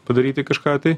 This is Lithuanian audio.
padaryti kažką tai